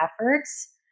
efforts